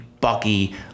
Bucky